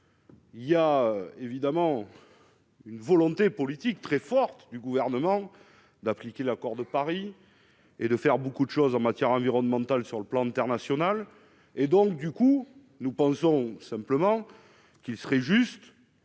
Il y a évidemment une volonté politique très forte du gouvernement d'appliquer l'accord de Paris et de faire beaucoup de choses en matière environnementale, sur le plan international et donc du coup nous pensons simplement qu'il serait juste